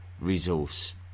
resource